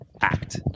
act